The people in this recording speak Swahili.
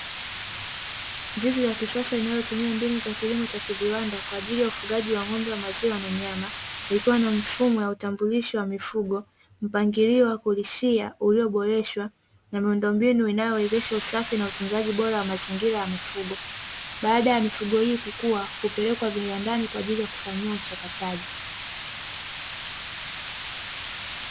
Zizi la kisasa linalotumia mbinu za kilimo cha kiviwanda kwa ajili ya ufugaji wa ng'ombe wa maziwa na nyama, likiwa na mfumo wa utambulisho wa mifugo mpangilio wa kulishia ulioboreshwa na miundombinu inayowezesha usafi na utunzaji bora wa mazingira ya mifugo, baada ya mifugo hii kukua kupelekwa binadamu kwa ajili ya kufanyiwa uchakataji.